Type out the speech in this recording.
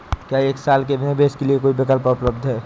क्या एक साल के निवेश के लिए कोई विकल्प उपलब्ध है?